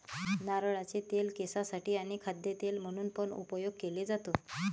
नारळाचे तेल केसांसाठी आणी खाद्य तेल म्हणून पण उपयोग केले जातो